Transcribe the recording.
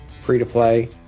free-to-play